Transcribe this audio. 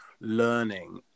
learning